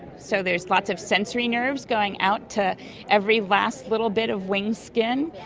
so there are lots of sensory nerves going out to every last little bit of wing skin.